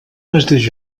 mateix